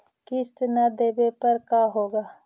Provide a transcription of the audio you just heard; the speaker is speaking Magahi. किस्त न देबे पर का होगा?